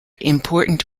important